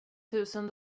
tusen